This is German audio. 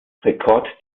rekord